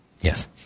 Yes